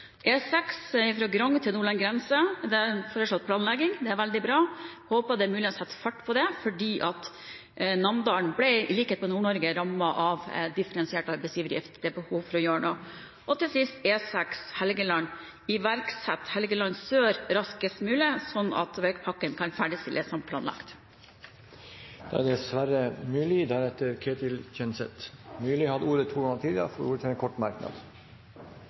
Grong til Nordland grense er det foreslått planlegging. Det er veldig bra. Jeg håper at det er mulig å sette fart på det, fordi Namdalen i likhet med Nord-Norge ble rammet av differensiert arbeidsgiveravgift. Det er behov for å gjøre noe. Til sist E6 Helgeland: Iverksett Helgeland Sør raskest mulig, slik at veipakken kan ferdigstilles som planlagt. Representanten Sverre Myrli har hatt ordet to ganger og får ordet til en kort merknad,